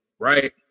Right